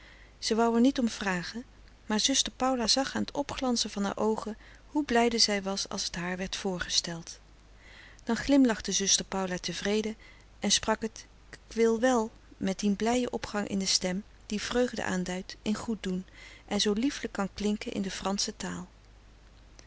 ze wou er niet om vragen maar zuster paula zag aan t opglanzen van haar oogen hoe blijde zij was als t haar werd voorgesteld dan glimlachte zuster paula tevreden en sprak het ik wil frederik van eeden van de koele meren des doods wèl met dien blijen opgang in de stem die vreugde aanduidt in goed doen en zoo liefelijk kan klinken in de fransche taal